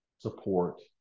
Support